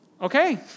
Okay